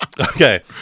Okay